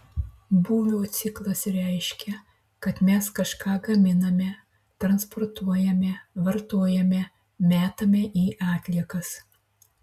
būvio ciklas reiškia kad mes kažką gaminame transportuojame vartojame metame į atliekas